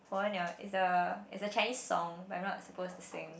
火鸟:Huo Niao is a is a Chinese song but I'm not supposed to sing